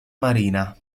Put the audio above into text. marina